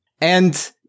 And-